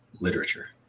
literature